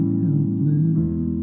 helpless